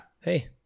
hey